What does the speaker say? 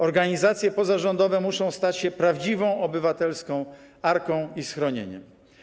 Organizacje pozarządowe muszą stać się prawdziwą obywatelską arką i schronieniem.